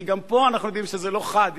כי גם פה אנחנו יודעים שזה לא חד,